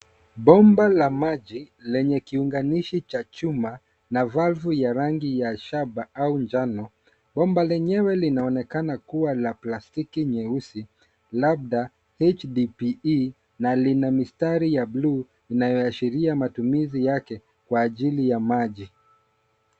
Bomba la maji lenye kiunganishi cha chuma na valvu ya rangi ya shaba au njano. Bomba lenyewe linaonekana kuwa la plastiki nyeusi labda HDPE na lina mistari ya bluu inayoashiria matumizi yake kwa ajili ya maji.